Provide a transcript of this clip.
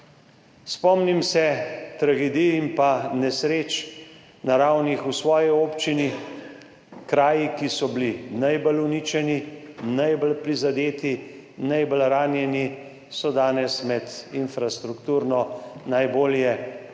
Spomnim se tragedij in naravnih nesreč v svoji občini, kraji, ki so bili najbolj uničeni, najbolj prizadeti, najbolj ranjeni, so danes med infrastrukturno najbolje opremljenimi